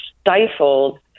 stifled